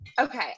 Okay